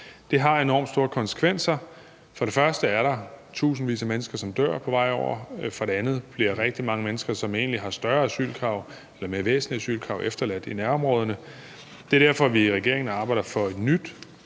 Det har enormt store konsekvenser. For det første er der tusindvis af mennesker, som dør på vej over. For det andet bliver rigtig mange mennesker, som egentlig har større asylkrav eller mere væsentlige asylkrav, efterladt i nærområderne. Det er derfor, vi i regeringen arbejder for et nyt